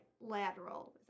lateral